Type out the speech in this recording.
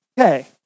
Okay